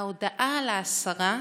ההודעה על ההסרה,